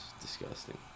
disgusting